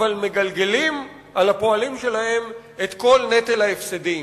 אבל מגלגלים על הפועלים שלהם את כל נטל ההפסדים.